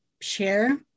share